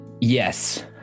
yes